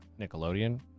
Nickelodeon